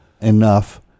enough